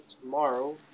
tomorrow